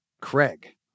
Craig